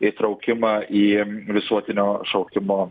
įtraukimą į visuotinio šaukimo